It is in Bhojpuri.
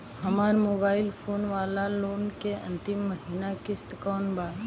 हमार मोबाइल फोन वाला लोन के अंतिम महिना किश्त कौन बा?